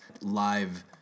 live